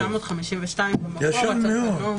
החוק מ-1951 במקור, התקנות --- ישן מאוד.